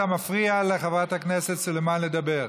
אתה מפריע לחברת הכנסת סלימאן לדבר.